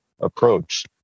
approach